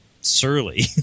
surly